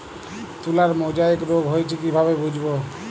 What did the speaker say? তুলার মোজাইক রোগ হয়েছে কিভাবে বুঝবো?